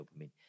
dopamine